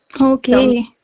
Okay